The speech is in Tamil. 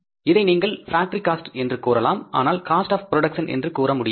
இதை நீங்கள் பேக்டரி காஸ்ட் என்று கூறலாம் ஆனால் காஸ்ட் ஆப் ப்ரொடக்ஷன் என்று கூற முடியாது